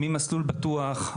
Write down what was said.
מ-׳מסלול בטוח׳,